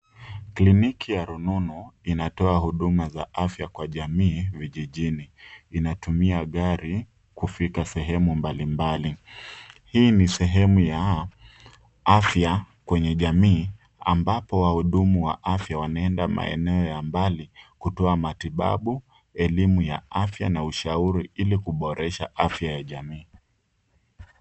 Kliniki ya rununu inatoa huduma za afya kwa jamii vijijini. Inatumia gari kufika sehemu mbalimbali. Hii ni sehemu ya afya kwenye jamii ambapo wahudumu wa afya wanaendea maeneo ya mbali kutoa matibabu, elimu ya afya na ushauri, ili kuboresha afya ya jamii.